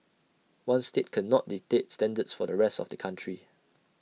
one state cannot dictate standards for the rest of the country